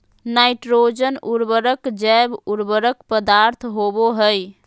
nitrogen उर्वरक जैव उर्वरक पदार्थ होबो हइ